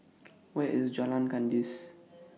Where IS Jalan Kandis